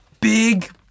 big